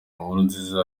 nkurunziza